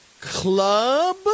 Club